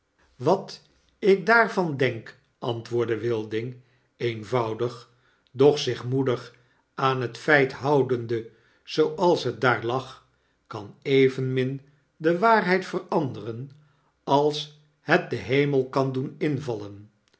wat ik daarvan denk antwoordde wilding eenvoudig doch zich moedig aan het feithoudende zooals het daar lag kan evenmin de waarheid veranderen als het den hemel kan doen invallen